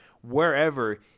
wherever